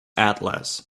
atlas